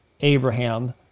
Abraham